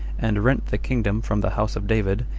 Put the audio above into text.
and rent the kingdom from the house of david,